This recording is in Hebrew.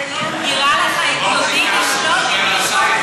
זה נראה לך הגיוני לשלוט במישהו?